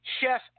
Chef